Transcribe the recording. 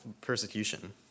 persecution